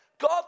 God